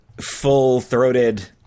full-throated